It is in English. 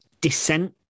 dissent